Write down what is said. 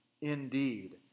indeed